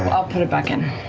i'll put it back in.